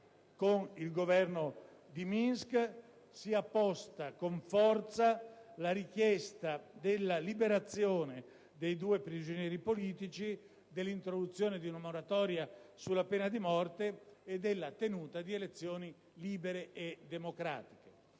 con il Governo di Minsk sia posta con forza la richiesta della liberazione dei due prigionieri politici, dell'introduzione di una moratoria sulla pena di morte e della tenuta di elezioni libere e democratiche.